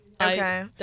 Okay